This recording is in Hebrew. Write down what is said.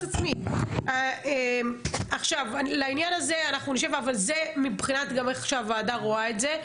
ומבחינתנו, זה איך שגם הוועדה רואה את זה.